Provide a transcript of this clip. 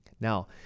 Now